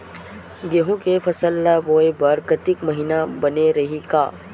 गेहूं के फसल ल बोय बर कातिक महिना बने रहि का?